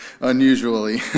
unusually